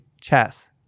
chess